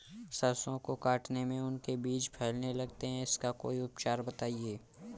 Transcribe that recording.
सरसो को काटने में उनके बीज फैलने लगते हैं इसका कोई उपचार बताएं?